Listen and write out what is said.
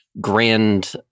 grand